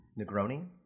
Negroni